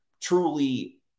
truly